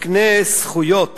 מקנה זכויות